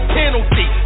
penalty